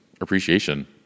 appreciation